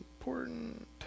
important